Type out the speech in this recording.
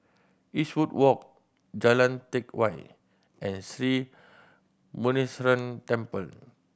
Eastwood Walk Jalan Teck Whye and Sri Muneeswaran Temple